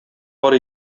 бар